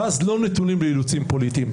ואז לא נתונים באילוצים פוליטיים.